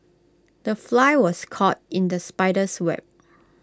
the fly was caught in the spider's web